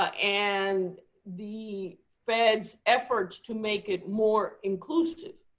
ah and the fed's efforts to make it more inclusive,